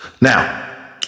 Now